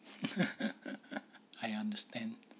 I understand